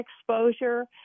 exposure